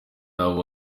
n’abo